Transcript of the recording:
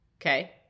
Okay